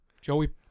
Joey